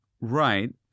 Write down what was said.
right